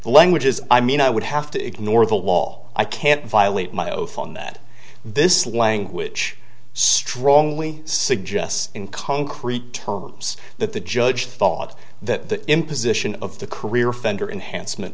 the language is i mean i would have to ignore the law i can't violate my oath on that this language strongly suggest in concrete terms that the judge thought that the imposition of the career offender enhance